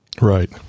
Right